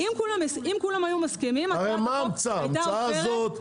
אם כולם היו מסכימים הצעת החוק הייתה עוברת.